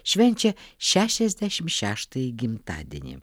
švenčia šešiasdešim šeštąjį gimtadienį